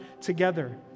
together